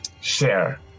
share